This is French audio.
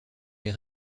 les